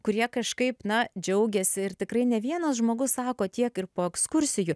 kurie kažkaip na džiaugiasi ir tikrai ne vienas žmogus sako tiek ir po ekskursijų